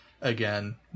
again